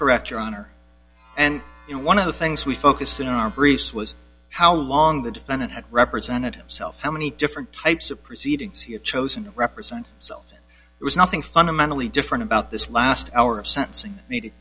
correct your honor and you know one of the things we focus in our briefs was how long the defendant had represented himself how many different types of proceedings he had chosen to represent himself and there was nothing fundamentally different about this last hour of sentencing needed